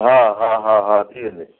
हा हा हा हा थी वेंदी